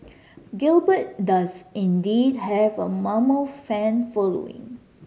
gilbert does indeed have a mammoth fan following